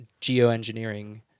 geoengineering